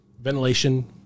Ventilation